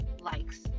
likes